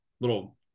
little